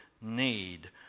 need